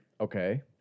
Okay